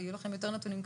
ויהיו לכם יותר נתונים,